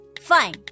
Fine